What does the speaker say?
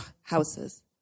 houses